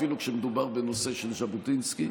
אפילו כשמדובר בנושא של ז'בוטינסקי.